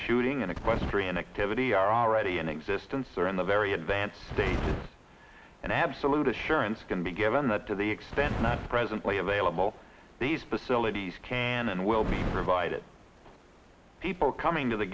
shooting an equestrian activity are already in existence or in the very advanced stage and absolute assurance can be given to the extent not presently available these facilities can and will be provided people coming to the